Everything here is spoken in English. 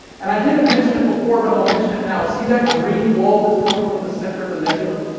and, i didn't mention it before, but i'll mention it now. see that green glow that's coming from the center of the nebula?